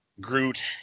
Groot